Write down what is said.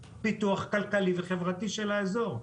פיתוח כלכלי וחברתי של האזור.